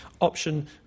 Option